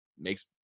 makes